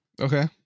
Okay